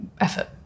effort